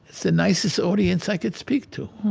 the nicest audience i could speak to